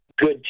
good